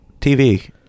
TV